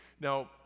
Now